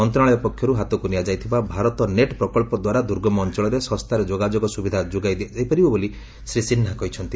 ମନ୍ତ୍ରଣାଳୟ ପକ୍ଷରୁ ହାତକୁ ନିଆଯାଇଥିବା ଭାରତ ନେଟ୍ ପ୍ରକଚ୍ଚଦ୍ୱାରା ଦୁର୍ଗମ ଅଞ୍ଚଳରେ ଶସ୍ତାରେ ଯୋଗାଯୋଗ ସୁବିଧା ଯୋଗାଇ ଦିଆଯାଇପାରିବ ବୋଲି ଶ୍ରୀ ସିହ୍ନା କହିଛନ୍ତି